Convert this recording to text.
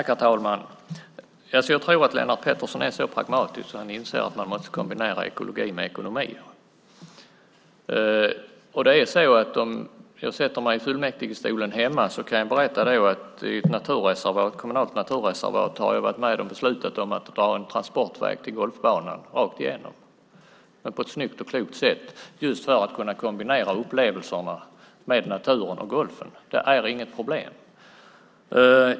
Herr talman! Jag tror att Lennart Pettersson är så pragmatisk att han inser att man måste kombinera ekologi med ekonomi. När jag satt i fullmäktige hemma var jag med och beslutade om att dra en transportväg till en golfbana genom ett kommunalt naturreservat - rakt igenom, men på ett snyggt och klokt sätt - för att man just skulle kunna kombinera upplevelserna med naturen och golfen. Det är inget problem.